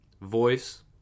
voice